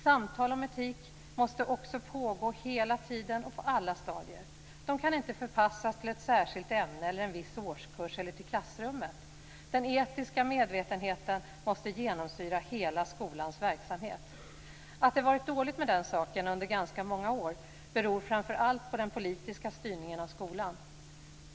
Samtal om etik måste också pågå hela tiden och på alla stadier. De kan inte förpassas till ett särskilt ämne, en viss årskurs eller till klassrummet. Den etiska medvetenheten måste genomsyra hela skolans verksamhet. Att det varit dåligt med den saken under ganska många år beror framför allt på den politiska styrningen av skolan.